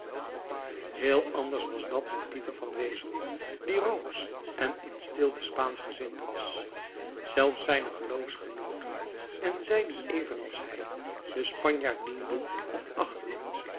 heel anders was het met pieter van wezel die roomsch en in stilte spaanschgezind was zelfs zijne geloofsgenooten en zij die evenals hij den spanjaard dienden of achtten